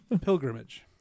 Pilgrimage